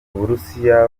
uburusiya